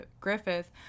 Griffith